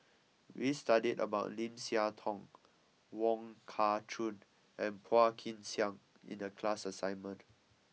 we studied about Lim Siah Tong Wong Kah Chun and Phua Kin Siang in the class assignment